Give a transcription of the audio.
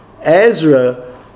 Ezra